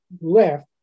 left